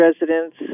residents